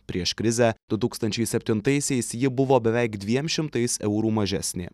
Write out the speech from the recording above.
prieš krizę du tūkstančiai septintaisiais ji buvo beveik dviem šimtais eurų mažesnė